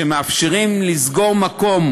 שמאפשרים לסגור מקום,